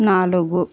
నాలుగు